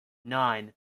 nine